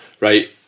right